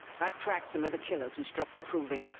i've tracked some of the killers who struck the proving.